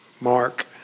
Mark